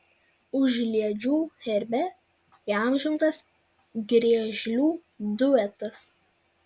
užliedžių herbe įamžintas griežlių duetas